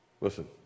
Listen